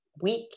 week